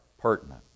pertinent